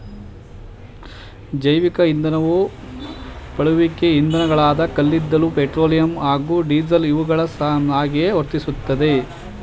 ಜೈವಿಕ ಇಂಧನವು ಪಳೆಯುಳಿಕೆ ಇಂಧನಗಳಾದ ಕಲ್ಲಿದ್ದಲು ಪೆಟ್ರೋಲಿಯಂ ಹಾಗೂ ಡೀಸೆಲ್ ಇವುಗಳ ಹಾಗೆಯೇ ವರ್ತಿಸ್ತದೆ